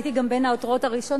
הייתי גם בין העותרות הראשונות,